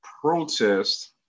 protest